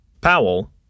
Powell